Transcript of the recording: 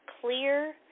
clear